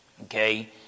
Okay